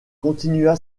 continua